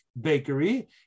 bakery